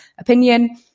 opinion